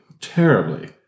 terribly